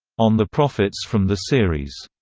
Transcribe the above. on the profits from the series.